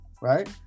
right